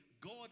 God